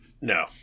No